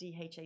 DHA